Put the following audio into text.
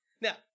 Now